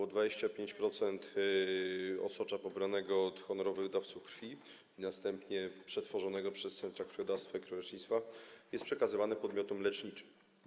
Ok. 25% osocza pobranego od honorowych dawców krwi i następnie przetworzonego przez centra krwiodawstwa i krwiolecznictwa jest przekazywane podmiotom leczniczym.